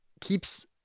keeps